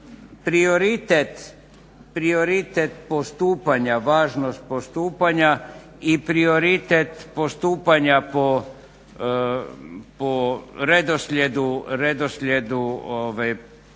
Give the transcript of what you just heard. prioritet postupanja, važnost postupanja i prioritet postupanja po redoslijedu prijavljivanja